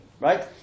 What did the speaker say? Right